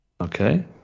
Okay